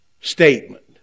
statement